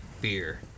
beer